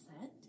set